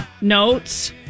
notes